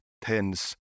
tens